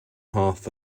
half